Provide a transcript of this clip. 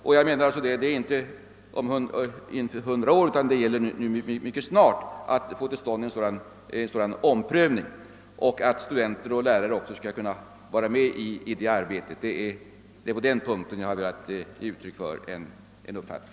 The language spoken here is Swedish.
En sådan omprövning skulle alltså inte ske om hundra år utan mycket snart, och studenter och lärare skulle vara med i det arbetet. Det är på den punkten jag har velat ge uttryck åt en uppfattning.